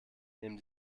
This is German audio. nehmen